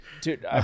dude